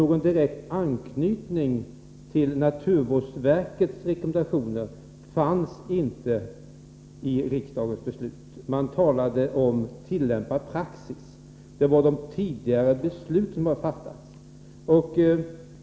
Någon direkt anknytning till naturvårdsverkets rekommendationer fanns inte i riksdagens beslut — man talade om tillämpad praxis, och det gällde de tidigare beslut som fattats.